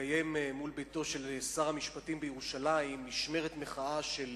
תתקיים מול ביתו של שר המשפטים בירושלים משמרת מחאה של